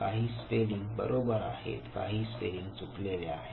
काही स्पेलिंग बरोबर आहेत आणि काही स्पेलिंग चुकलेले आहेत